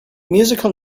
musical